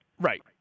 Right